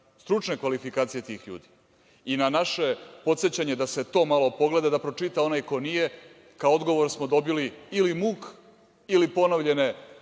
stručne kvalifikacije tih ljudi. I na naše podsećanje da se to malo pogleda, da pročita onaj ko nije, kao odgovor smo dobili ili muk ili ponovljene